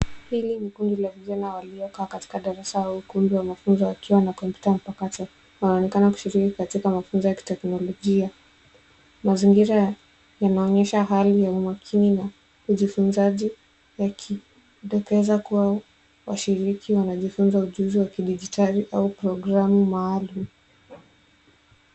Hili ni kundi la vijana waliokaa katika darasa au ukumbi wa mafunzo wakiwa na kompyuta mpakato. Wanaonekana kushiriki katika mafunzo ya kiteknolojia. Mazingira yanaonyesha hali ya umakini na ujifunzaji yakidokeza kuwa washiriki wanajifunza ujuzi wa kidijitali au programu maalum.